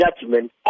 judgment